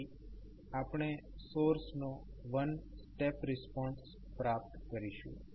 તેથી આપણે સોર્સનો વન સ્ટેપ રિસ્પોન્સ પ્રાપ્ત કરીશું